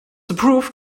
approved